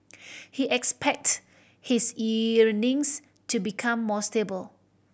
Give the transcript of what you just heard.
he expects his earnings to become more stable